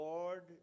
Lord